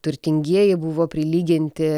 turtingieji buvo prilyginti